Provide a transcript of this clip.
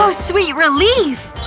so sweet relief!